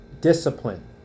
discipline